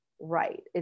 right